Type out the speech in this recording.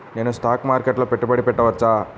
నేను స్టాక్ మార్కెట్లో పెట్టుబడి పెట్టవచ్చా?